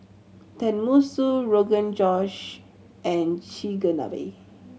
Tenmusu Rogan Josh and Chigenabe